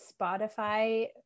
Spotify